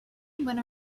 when